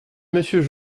monsieur